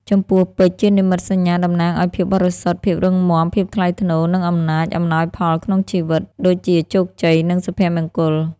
ចំពោះ ពេជ្រ ជានិមិត្តសញ្ញាតំណាងឲ្យភាពបរិសុទ្ធ ភាពរឹងមាំ ភាពថ្លៃថ្នូរ និងអំណាច អំណោយផលក្នុងជីវិត ដូចជាជោគជ័យ និងសុភមង្គល។